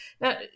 Now